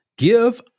Give